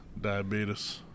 Diabetes